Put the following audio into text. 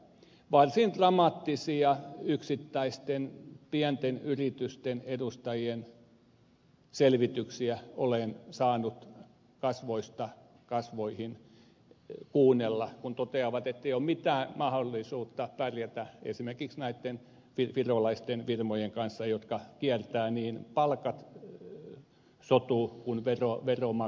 varsin dramaattisia yksittäisten pienten yritysten edustajien selvityksiä olen saanut kasvoista kasvoihin kuunnella kun he toteavat ettei ole mitään mahdollisuutta pärjätä esimerkiksi näitten virolaisten firmojen kanssa jotka kiertävät niin palkat sotu kuin veromaksutkin